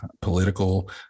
political